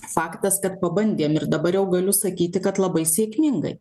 faktas kad pabandėm ir dabar jau galiu sakyti kad labai sėkmingai